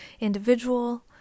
individual